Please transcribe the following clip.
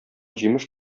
җимеш